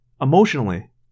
Emotionally